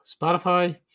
Spotify